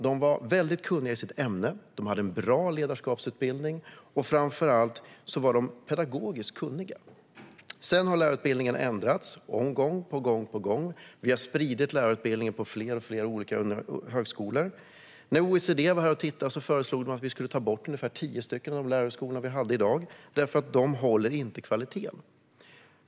De var kunniga i sitt ämne och hade en bra ledarskapsutbildning, och framför allt var de pedagogiskt kunniga. Sedan har lärarutbildningen ändrats gång på gång. Vi har spridit lärarutbildningen på fler och fler olika högskolor. När OECD var här och tittade föreslog de att vi skulle ta bort ungefär tio av de lärarhögskolor vi har i dag därför att de inte håller kvaliteten.